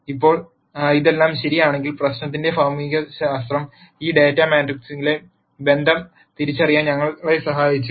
ഇപ്പോൾ ഇതെല്ലാം ശരിയാണെങ്കിൽ പ്രശ്നത്തിന്റെ ഭൌതികശാസ്ത്രം ഈ ഡാറ്റാ മാട്രിക്സിലെ ബന്ധം തിരിച്ചറിയാൻ ഞങ്ങളെ സഹായിച്ചു